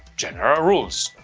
general rules.